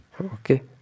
okay